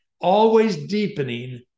always-deepening